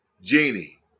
genie